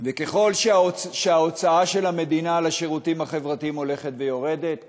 ככל שההוצאה של המדינה על השירותים החברתיים הולכת ויורדת,